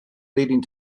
leading